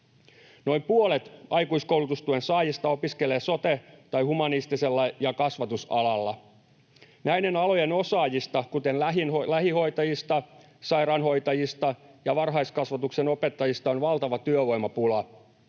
Noin puolet aikuiskoulutustuen saajista opiskelee sote‑alalla tai humanistisella ja kasvatusalalla. Näiden alojen osaajista, kuten lähihoitajista, sairaanhoitajista ja varhaiskasvatuksen opettajista, on valtava työvoimapula.